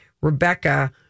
Rebecca